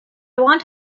want